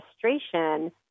frustration